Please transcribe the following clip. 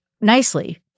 nicely